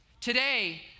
Today